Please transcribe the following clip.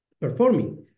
performing